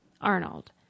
Arnold